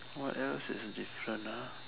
what else is different